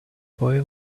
boy